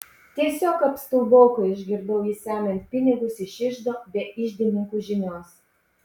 tiesiog apstulbau kai išgirdau jį semiant pinigus iš iždo be iždininkų žinios